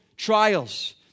trials